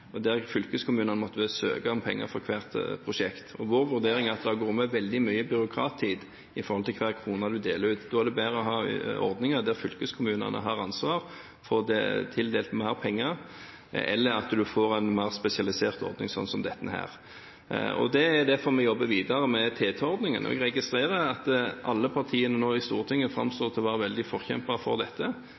og der fylkeskommunene måtte søke om penger for hvert prosjekt. Vår vurdering er at det går med veldig mye byråkrattid i forhold til hver krone en deler ut. Da er det bedre å ha ordninger der fylkeskommunene har ansvar, får tildelt mer penger, eller at en får en mer spesialisert ordning, sånn som dette. Det er derfor vi jobber videre med TT-ordningen. Jeg registrerer at alle partiene i Stortinget nå framstår som å være veldige forkjempere for dette.